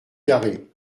carré